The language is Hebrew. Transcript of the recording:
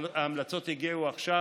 ההמלצות הגיעו עכשיו.